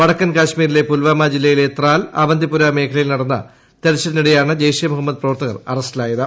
വടക്കൻ കാശ്മീരിലെ പുൽവാമാ ജില്ലയിലെ ത്രാൽ ആവന്തിപുര മേഖലയിൽ നടന്ന തെരച്ചിലിനിടെയാണ് ജെയ്ഷെ മുഹമ്മദ് പ്രവർത്തകർ അറസ്റ്റിലായത്